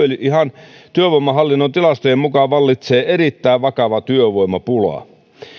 ihan työvoimahallinnon tilastojen mukaan vallitsee erittäin vakava työvoimapula